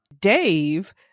Dave